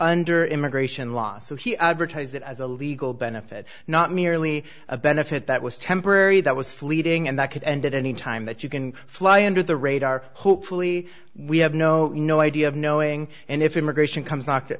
under immigration law so he advertised it as a legal benefit not merely a benefit that was temporary that was fleeting and that could end at any time that you can fly under the radar hopefully we have no no idea of knowing and if immigration comes knock